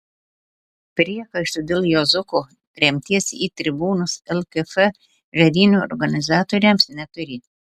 priekaištų dėl juozuko tremties į tribūnas lkf žaidynių organizatoriams neturi